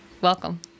welcome